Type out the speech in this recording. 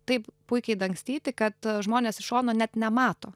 taip puikiai dangstyti kad a žmonės iš šono net nemato